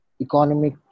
economic